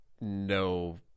no